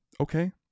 okay